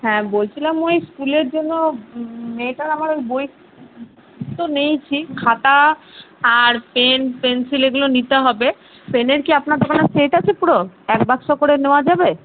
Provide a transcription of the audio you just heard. হ্যাঁ বলছিলাম ওই স্কুলের জন্য মেয়েটার আমার বই তো নিয়েছি খাতা আর পেন পেনসিল এগুলো নিতে হবে পেনের কি আপনার দোকানে সেট আছে পুরো এক বাক্স করে নেওয়া যাবে